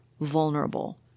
vulnerable